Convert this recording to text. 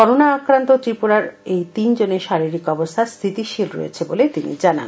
corona আক্রান্ত ত্রিপুৱাৱ এই তিন জনের শারীরিক অবস্থা স্হিতিশীল রয়েছে বলে তিনি জানান